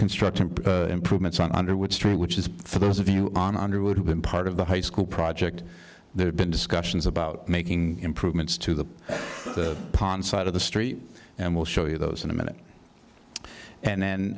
construct improvements on underwood street which is for those of you on under would have been part of the high school project there have been discussions about making improvements to the the pond side of the street and we'll show you those in a minute and then